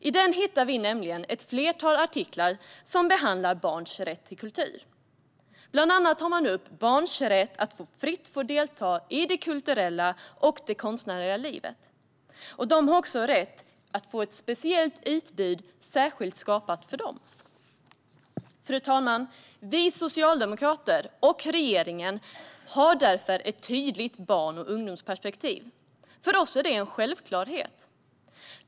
I den finns ett flertal artiklar som behandlar barns rätt till kultur. Bland annat tar man upp barns rätt att fritt få delta i det kulturella och konstnärliga livet. De har också rätt att få ett speciellt utbud särskilt skapat för dem. Fru talman! Vi socialdemokrater och regeringen har därför ett tydligt barn och ungdomsperspektiv. För oss är det en självklarhet.